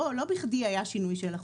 לא בכדי היה שינוי של החוק.